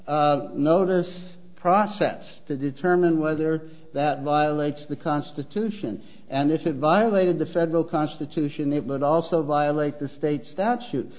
notice process to determine whether that violates the constitution and if it violated the federal constitution it would also violate the state statutes